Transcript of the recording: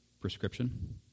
prescription